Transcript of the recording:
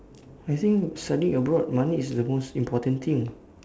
I think studying abroad money is the most important thing